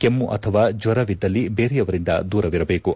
ಕೆಮ್ನು ಅಥವಾ ಜ್ವರವಿದ್ದಲ್ಲಿ ಬೇರೆಯವರಿಂದ ದೂರವಿರಬೇಕು